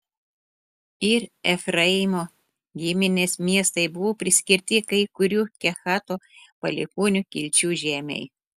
ir efraimo giminės miestai buvo priskirti kai kurių kehato palikuonių kilčių žemei